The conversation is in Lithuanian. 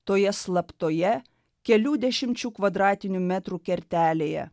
toje slaptoje kelių dešimčių kvadratinių metrų kertelėje